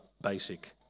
basic